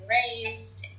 raised